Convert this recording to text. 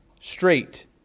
straight